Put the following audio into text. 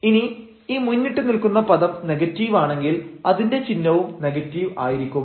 ഇനി ഈ മുന്നിട്ടു നിൽക്കുന്ന പദം നെഗറ്റീവ് ആണെങ്കിൽ അതിന്റെ ചിഹ്നവും നെഗറ്റീവ് ആയിരിക്കും